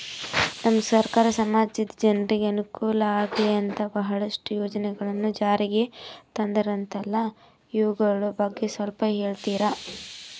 ನಮ್ಮ ಸರ್ಕಾರ ಸಮಾಜದ ಜನರಿಗೆ ಅನುಕೂಲ ಆಗ್ಲಿ ಅಂತ ಬಹಳಷ್ಟು ಯೋಜನೆಗಳನ್ನು ಜಾರಿಗೆ ತಂದರಂತಲ್ಲ ಅವುಗಳ ಬಗ್ಗೆ ಸ್ವಲ್ಪ ಹೇಳಿತೀರಾ?